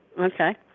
Okay